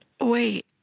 Wait